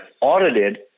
audited